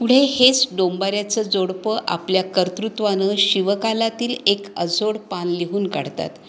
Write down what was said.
पुढे हेच डोंबऱ्याचं जोडपं आपल्या कर्तृत्वानं शिवकालातील एक अजोड पान लिहून काढतात